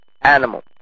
animal